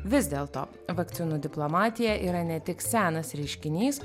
vis dėl to vakcinų diplomatija yra ne tik senas reiškinys